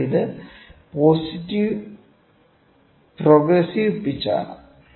അതിനാൽ ഇത് progressive pitch ആണ്